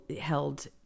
held